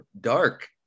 dark